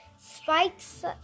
Spikes